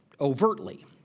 overtly